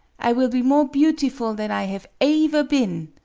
i will be more beautiful than i have aever been.